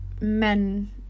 men